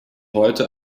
heute